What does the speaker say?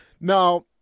Now